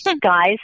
Guys